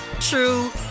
true